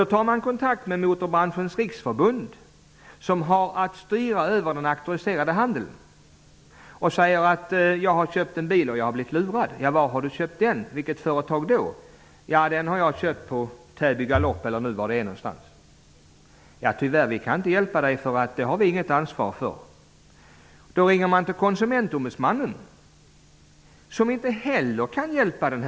Då tar man kontakt med Motorbranschens riksförbund, som har att styra över den auktoriserade handeln, och säger att man har köpt en bil och blivit lurad. Av vilket företag har du köpt den? undrar de. Man svarar att man har köpt den på Täby galopp, eller var det nu är. Tyvärr, då kan vi inte hjälpa dig. Det har vi inget ansvar för, säger de. Då ringer man till Konsumentombudsmannen, som inte heller kan hjälpa en.